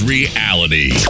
Reality